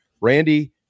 Randy